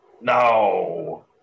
No